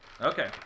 Okay